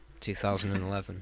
2011